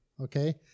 okay